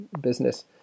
business